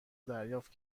دریافت